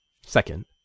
Second